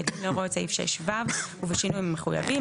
בהתאם להוראות סעיף 6ו ובשינויים המחויבים,